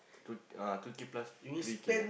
to uh twenty plus three K ah